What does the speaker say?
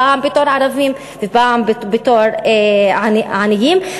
פעם בתור ערבים ופעם בתור עניים,